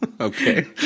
Okay